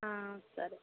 సరే